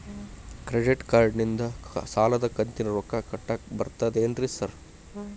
Credit ಕಾರ್ಡನಿಂದ ಸಾಲದ ಕಂತಿನ ರೊಕ್ಕಾ ಕಟ್ಟಾಕ್ ಬರ್ತಾದೇನ್ರಿ ಸಾರ್?